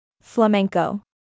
Flamenco